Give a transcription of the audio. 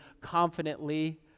confidently